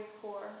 poor